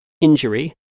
Injury